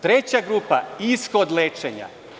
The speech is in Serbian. Treća grupa, ishod lečenja.